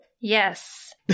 Yes